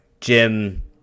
Jim